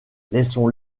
laissons